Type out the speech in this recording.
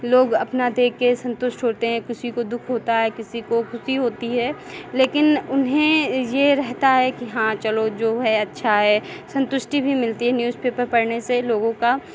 लोग अपना देख के संतुष्ट होते हैं किसी को दुःख होता है किसी को खुशी होती है लेकिन उन्हें ये रहता है कि हाँ चलो जो है अच्छा है संतुष्टि भी मिलती है न्यूज़पेपर पढ़ने से लोगों का